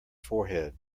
forehead